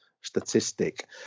statistic